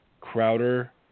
Crowder